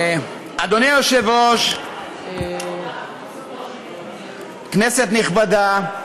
אדוני היושב-ראש, כנסת נכבדה,